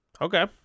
okay